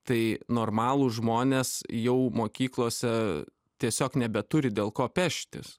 tai normalūs žmonės jau mokyklose tiesiog nebeturi dėl ko peštis